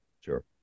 Sure